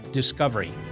discovery